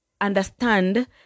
understand